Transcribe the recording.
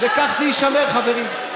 וכך זה יישמר, חברים.